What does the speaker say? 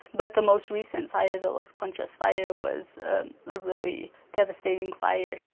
but the most recent fire, the los conchas fire, was a really devastating fire.